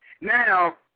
Now